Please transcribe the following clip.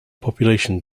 population